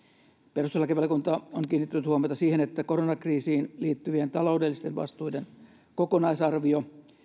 perustuslakivaliokunta on kiinnittänyt huomiota siihen että koronakriisiin liittyvien taloudellisten vastuiden kokonaisarvio